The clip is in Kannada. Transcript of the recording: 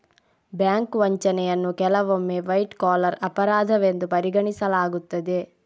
ಬ್ಯಾಂಕ್ ವಂಚನೆಯನ್ನು ಕೆಲವೊಮ್ಮೆ ವೈಟ್ ಕಾಲರ್ ಅಪರಾಧವೆಂದು ಪರಿಗಣಿಸಲಾಗುತ್ತದೆ